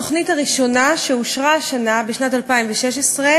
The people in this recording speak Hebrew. ומה השארתם לשר האוצר הזה.